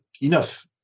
enough